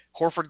Horford